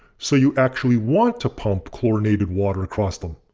so you actually want to pump chlorinated water across them.